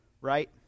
Right